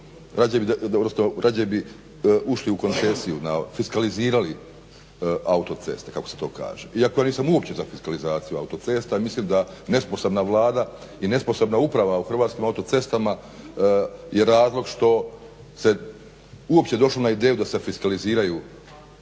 radije bi ušli u koncesiju, fiskalizirali autoceste kako se to kaže. Iako ja nisam uopće za fiskalizaciju autocesta i mislim da nesposobna Vlada i nesposobna uprava u Hrvatskim autocestama je razlog što se uopće došlo na ideju da se fiskaliziraju hrvatske